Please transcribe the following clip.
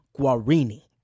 Guarini